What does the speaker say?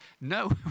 no